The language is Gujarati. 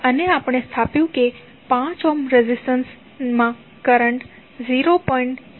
અને આપણે સ્થાપ્યું કે 5 ઓહ્મ રેઝિસ્ટન્સ માં કરંટ 0